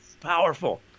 powerful